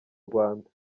rwanda